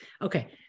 okay